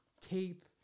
tape